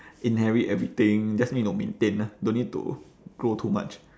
inherit everything just need to maintain ah don't need to grow too much